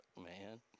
man